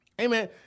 Amen